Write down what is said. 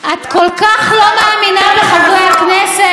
את כל כך לא מאמינה בחברי הכנסת.